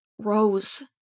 Rose